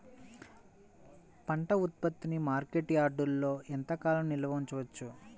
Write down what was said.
పంట ఉత్పత్తిని మార్కెట్ యార్డ్లలో ఎంతకాలం నిల్వ ఉంచవచ్చు?